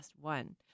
One